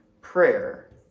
prayer